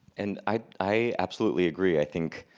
and i i absolutely agree. i think,